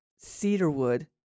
Cedarwood